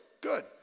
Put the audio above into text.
good